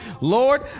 Lord